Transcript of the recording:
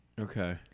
Okay